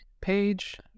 page